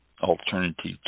alternative